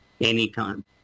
Anytime